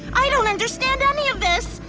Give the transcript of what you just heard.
i don't understand any of this.